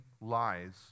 lies